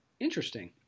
Interesting